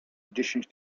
dziesięć